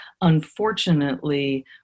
unfortunately